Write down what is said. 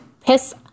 piss